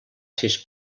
sis